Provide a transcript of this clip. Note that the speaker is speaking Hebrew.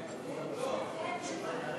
אין תשובת ממשלה.